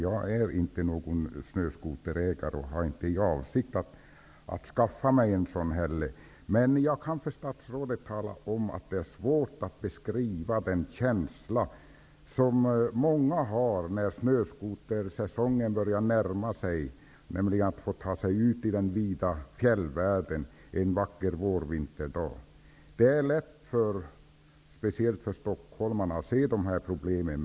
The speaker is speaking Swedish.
Jag är inte snöskoterägare och har inte heller för avsikt att skaffa mig en snöskoter. Jag kan tala om för statsrådet att det är svårt att beskriva den känsla många har när snöskotersäsongen börjar närma sig -- känslan att få ta sig ut i den vida fjällvärlden en vacker vårvinterdag. Det är lätt för, framför allt, stockholmarna att se problemen.